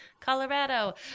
Colorado